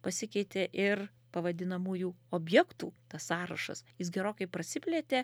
pasikeitė ir pavadinamųjų objektų tas sąrašas jis gerokai prasiplėtė